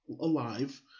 alive